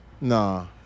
Nah